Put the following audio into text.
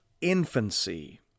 infancy